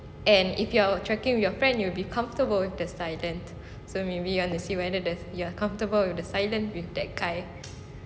and if you are trekking with your friends you will be comfortable with the silent so maybe you want to see whether there's ya comfortable with the silent with that guy